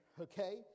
okay